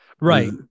Right